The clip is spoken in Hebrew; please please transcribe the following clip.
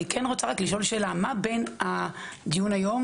אני רוצה רק לשאול שאלה: מה בין הדיון היום